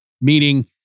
Meaning